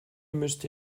müsste